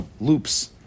loops